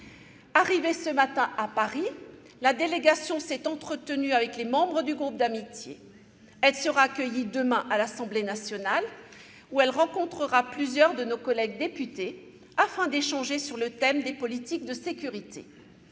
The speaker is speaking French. Arrivée ce matin à Paris, la délégation s'est entretenue avec les membres du groupe d'amitié. Elle sera accueillie demain à l'Assemblée nationale, où elle rencontrera plusieurs de nos collègues députés, afin d'échanger sur le thème des politiques de sécurité.